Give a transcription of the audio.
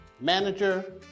manager